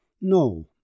No